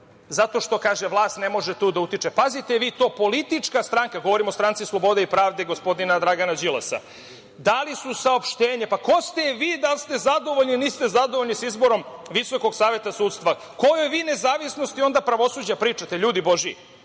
zato što kaže vlast ne može tu da utiče. Pazite vi to, politička stranka, govorim o stranci „Slobode i pravde“, gospodina Dragana Đilasa. Dali su saopštenje, pa ko ste vi da li ste zadovoljni ili niste zadovoljni sa izborom Visokog saveta sudstva? O kojoj vi nezavisnosti onda pravosuđa pričate, ljudi božiji?